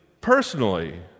personally